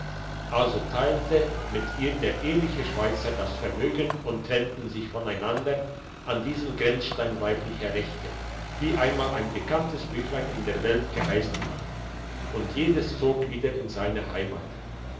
also teilte mit ihr der ehrliche schweizer das vermögen und trennten sich voneinander an diesem grenzstein weiblicher rechte wie einmal ein bekanntes büchlein in der welt geheissen hat und jedes zog wieder in seine heimat